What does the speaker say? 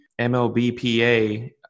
MLBPA